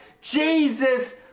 Jesus